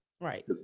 Right